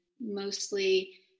mostly